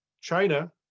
China